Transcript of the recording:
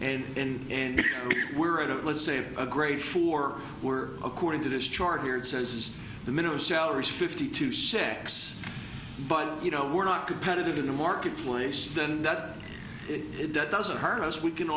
and in and we're at it let's say a great for we're according to this chart here says is the minimum salary fifty two six but you know we're not competitive in the marketplace than that it doesn't hurt us we can